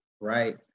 right